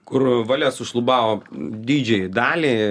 kur valia sušlubavo didžiajai daliai